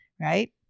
Right